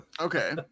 Okay